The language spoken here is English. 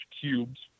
cubes